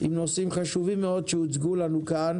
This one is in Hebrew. לגבי נושאים חשובים מאוד שהוצגו לנו כאן.